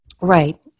Right